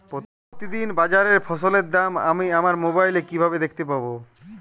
প্রতিদিন বাজারে ফসলের দাম আমি আমার মোবাইলে কিভাবে দেখতে পাব?